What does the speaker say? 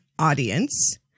audience